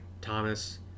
Thomas